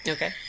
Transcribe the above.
Okay